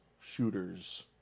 shooters